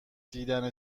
دیدن